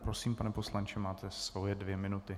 Prosím, pane poslanče, máte svoje dvě minuty.